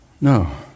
No